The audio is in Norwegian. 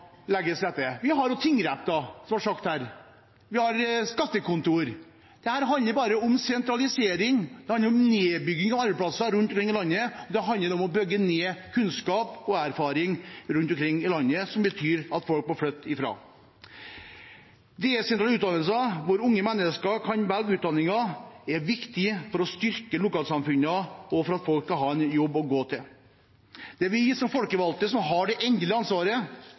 Vi har jo tingretter som har sagt dette, vi har skattekontor. Dette handler om sentralisering, det handler om nedbygging av arbeidsplasser rundt omkring i landet, det handler om å bygge ned kunnskap og erfaring rundt omkring i landet, som betyr at folk må flytte derfra. Desentrale utdannelser, at unge mennesker kan velge utdanning, er viktig for å styrke lokalsamfunnene og for at folk skal ha en jobb å gå til. Det er vi som folkevalgte som har det endelige ansvaret,